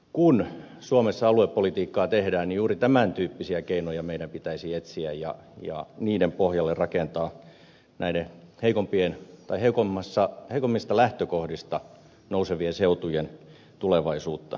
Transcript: kun suomessa aluepolitiikkaa tehdään juuri tämän tyyppisiä keinoja meidän pitäisi etsiä ja niiden pohjalle rakentaa näiden heikommista lähtökohdista nousevien seutujen tulevaisuutta